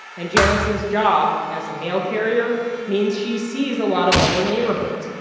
and janice's job as a mail carrier means she sees a lot of other neighborhoods.